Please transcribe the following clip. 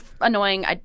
annoying